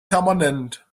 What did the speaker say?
permanent